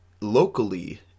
locally